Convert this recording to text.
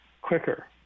quicker